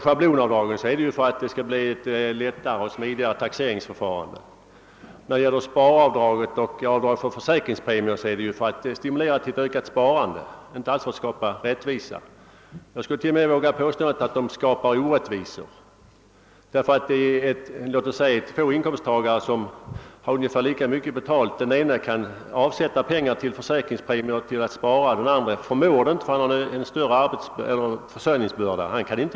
Schablonavdragen har införts för att det skall bli ett lättare och smidigare taxeringsförfarande och sparavdraget och avdraget för försäkringspremier är till för att stimulera ett ökat sparande och inte alls för att skapa rättvisa. Jag vågar till och med påstå att dessa avdrag snarare skapar orättvisor. Av två personer med samma inkomst kan den ene kanske avsätta pengar till försäkringspremier och sparande, medan den andra inte har samma möjligheter på grund av större försörjningsbörda.